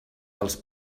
dels